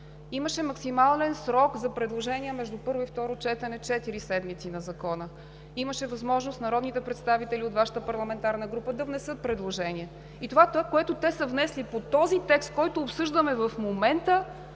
Имаше максимален срок за предложения между първо и второ четене на Закона – четири седмици. Имаше възможност народните представители от Вашата парламентарна група да внесат предложения. Това, което те са внесли по този текст, който обсъждаме в момента,